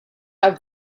have